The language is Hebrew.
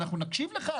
נקשיב לך?